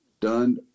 done